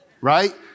right